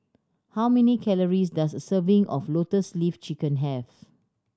how many calories does a serving of Lotus Leaf Chicken have